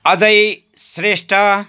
Ajay Shrestha